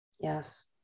Yes